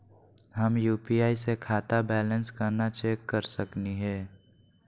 हम यू.पी.आई स खाता बैलेंस कना चेक कर सकनी हे?